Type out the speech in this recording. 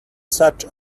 such